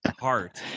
Heart